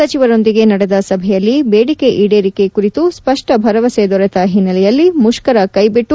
ಸಚಿವರೊಂದಿಗೆ ನಡೆದ ಸಭೆಯಲ್ಲಿ ಬೇದಿಕೆ ಈಡೇರಿಕೆ ಕುರಿತು ಸ್ಪಷ್ನ ಭರವಸೆ ದೊರೆತ ಹಿನ್ನೆಲೆಯಲ್ಲಿ ಮುಷ್ಕರ ಕೈಬಿಟ್ನು